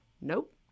nope